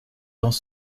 dans